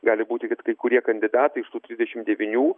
gali būti kad kai kurie kandidatai iš tų trisdešimt devynių